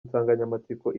nsanganyamatsiko